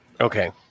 Okay